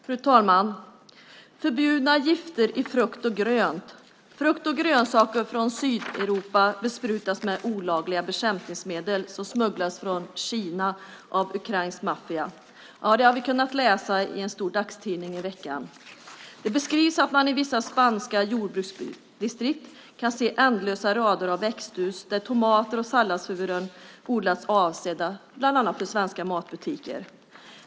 Fru talman! Förbjudna gifter i frukt och grönt, frukt och grönsaker från Sydeuropa besprutas med olagliga bekämpningsmedel som smugglas från Kina av ukrainsk maffia. Ja, det har vi denna vecka kunnat läsa i en stor dagstidning. Det beskrivs att man i vissa spanska jordbruksdistrikt kan se ändlösa rader av växthus där tomater och salladshuvuden odlas, avsedda bland annat för svenska matbutiker.